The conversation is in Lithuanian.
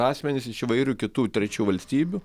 asmenys iš įvairių kitų trečių valstybių